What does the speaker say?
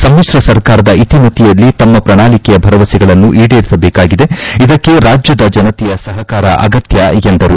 ಸಮಿತ್ರ ಸರ್ಕಾರದ ಇತಿಮಿತಿಯಲ್ಲಿ ತಮ್ಮ ಪ್ರಣಾಳಿಕೆಯ ಭರವಸೆಗಳನ್ನು ಈಡೇರಿಸಬೇಕಾಗಿದೆ ಇದಕ್ಕೆ ರಾಜ್ಯದ ಜನತೆಯ ಸಪಕಾರ ಅಗತ್ಯ ಎಂದರು